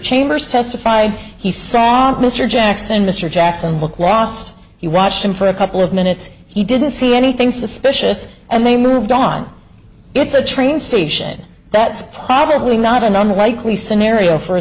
chambers testified he saw mr jackson mr jackson book last he watched him for a couple of minutes he didn't see anything suspicious and they moved on it's a train station that's probably not a number like we scenario for a